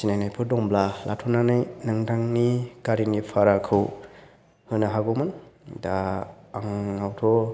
सिनायनायफोर थाब्ला लाथ'नानै नोंथांनि गारिनि भाराखौ होनो हागौमोन दा आंनावथ'